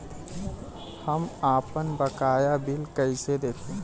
हम आपनबकाया बिल कइसे देखि?